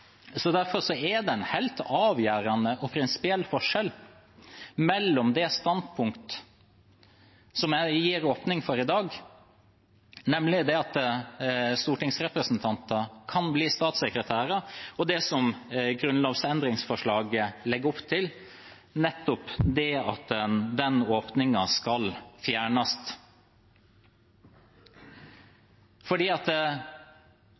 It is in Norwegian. Derfor er det en helt avgjørende og prinsipiell forskjell mellom det standpunktet som en gir åpning for i dag, nemlig det at stortingsrepresentanter kan bli statssekretærer, og det som grunnlovsendringsforslaget legger opp til, at den åpningen skal fjernes. For selvsagt er det slik – og jeg skulle virkelig håpe at